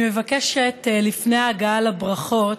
אני מבקשת, לפני ההגעה לברכות,